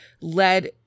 led